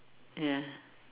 ya